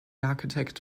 architect